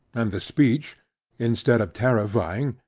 and the speech instead of terrifying,